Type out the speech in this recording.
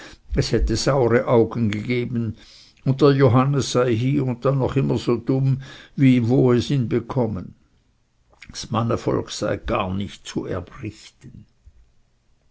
es hätte saure augen gegeben und der johannes sei hie und da noch immer so dumm wie wo es ihn bekommen ds mannevolk sei gar nicht zu erbrichten